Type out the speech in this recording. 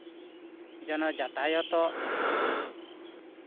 ᱡᱮᱱᱚ ᱡᱟᱛᱟᱭᱟᱛᱚᱜ